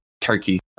turkey